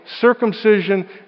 circumcision